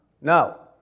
No